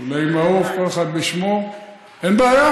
לולי מעוף, כל אחד בשמו, אין בעיה.